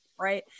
Right